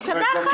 מסעדה אחת.